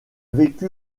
vécu